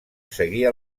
seguia